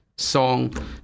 song